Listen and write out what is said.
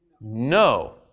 No